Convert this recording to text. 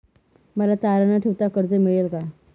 मला तारण न ठेवता कर्ज मिळेल का?